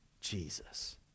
Jesus